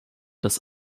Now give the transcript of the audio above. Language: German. dass